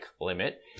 limit